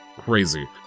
crazy